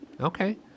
Okay